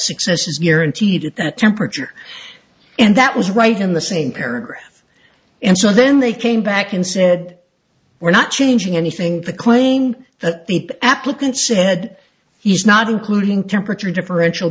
success is guaranteed at that temperature and that was right in the same paragraph and so then they came back and said we're not changing anything the claimed that the applicant said he's not including temperature differential